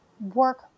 work